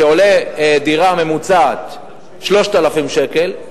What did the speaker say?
שעלות שכר דירה ממוצעת שם היא 3,000 שקל.